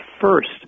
first